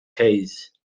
case